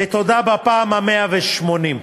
ותודה בפעם ה-180,